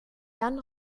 jan